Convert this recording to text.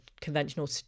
conventional